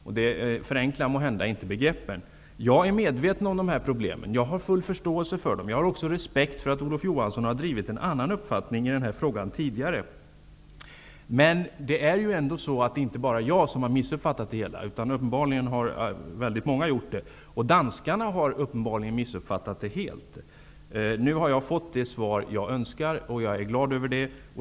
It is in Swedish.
Det förenklar måhända inte begreppen. Jag är medveten om dessa problem. Jag har full förståelse för dem. Jag har också respekt för att Olof Johansson har drivit en annan uppfattning i den här frågan tidigare. Men det är ju inte bara jag som har missuppfattat det hela. Det har väldigt många gjort. Danskarna har uppenbarligen missuppfattat det helt. Nu har jag fått det svar jag önskar. Jag är glad för det.